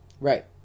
Right